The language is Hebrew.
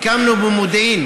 הקמנו במודיעין